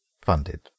funded